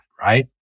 right